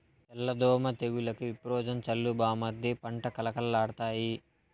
తెల్ల దోమ తెగులుకి విప్రోజిన్ చల్లు బామ్మర్ది పంట కళకళలాడతాయి